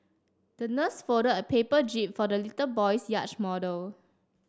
the nurse folded a paper jib for the little boy's yacht model